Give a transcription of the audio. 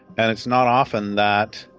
and it's not often that,